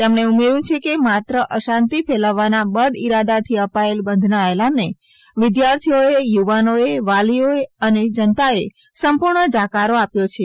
તેમણે ઉમેર્યું છે કે માત્ર અશાંતિ ફેલાવવાના બદઈરાદાથી અપાયેલ બંધના એલાનને વિદ્યાર્થિઓએ યુવાનોએ વાલીઓ અને જનતાએ સંપૂર્ણ જાકારો આપ્યો છે